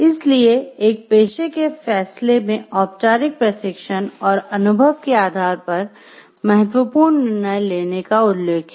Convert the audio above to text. इसलिए एक पेशे के फैसले में औपचारिक प्रशिक्षण और अनुभव के आधार पर महत्वपूर्ण निर्णय लेने का उल्लेख है